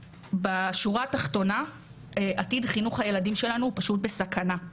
בשורה התחתונה עתיד חינוך הילדים שלנו הוא ממש בסכנה.